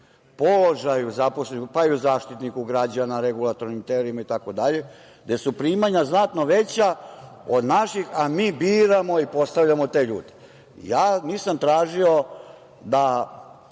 položaju zaposlenih, pa i o Zaštitniku građana, regulatornim telima itd. gde su primanja znatno veća od naših, a mi biramo i postavljamo te ljude. Ja nisam tražio da